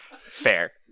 fair